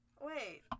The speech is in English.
Wait